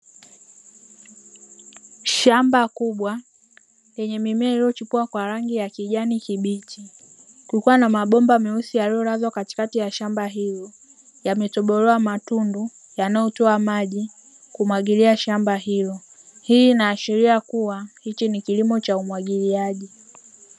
Shamba kubwa yenye mimea iliyochipua kwa rangi ya kijani kibichi kukiwa na mabomba meusi yaliyolazwa katikati ya shamba hilo, yametobolewa matundu yanayotoa maji kumwagilia shamba hilo; hii inaashiria kuwa hichi ni kilimo cha umwagiliaji.